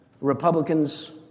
Republicans